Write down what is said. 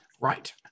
Right